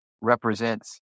represents